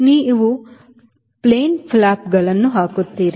ನೀವು plain flap ಅನ್ನು ಹಾಕುತ್ತೀರಿ